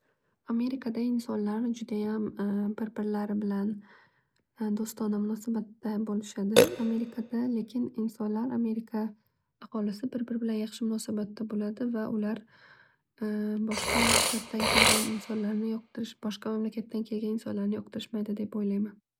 Amerikada insonlar judayam bir birlari bilan do'stona munosabatda bo'lishadi. Amerikada lekin insonlar amerika aholisi bir biri bilan yaxshi munosabatda bo'ladi va ular boshqa shtatdan kelgan insonlarni yoqtirish- boshqa mamlakatdan kelgan insonlarni yoqtirishmaydi deb o'ylayman.